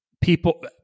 people